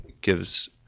gives